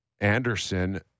Anderson